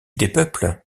dépeuple